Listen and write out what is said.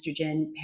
estrogen